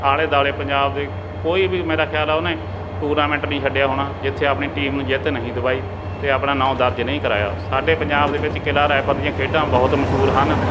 ਆਲੇ ਦੁਆਲੇ ਪੰਜਾਬ ਦੇ ਕੋਈ ਵੀ ਮੇਰਾ ਖਿਆਲ ਉਹਨੇ ਟੂਰਨਾਮੈਂਟ ਨਹੀਂ ਛੱਡਿਆ ਹੋਣਾ ਜਿੱਥੇ ਆਪਣੀ ਟੀਮ ਨੂੰ ਜਿੱਤ ਨਹੀਂ ਦਿਵਾਈ ਅਤੇ ਆਪਣਾ ਨਾਂ ਦਰਜ ਨਹੀਂ ਕਰਵਾਇਆ ਸਾਡੇ ਪੰਜਾਬ ਦੇ ਵਿੱਚ ਕਿਲ੍ਹਾ ਰਾਏਪੁਰ ਦੀਆਂ ਖੇਡਾਂ ਬਹੁਤ ਮਸ਼ਹੂਰ ਹਨ